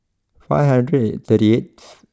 five hundred and thirty eighth